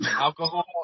alcohol